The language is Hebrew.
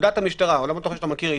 פקודת המשטרה זה עולם תוכן שאתה מכיר היטב.